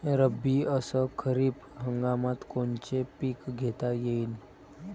रब्बी अस खरीप हंगामात कोनचे पिकं घेता येईन?